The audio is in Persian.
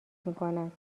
میکند